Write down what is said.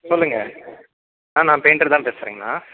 சொல்லுங்கள் ஆ நான் பெயிண்டர் தான் பேசுகிறேங்கண்ணா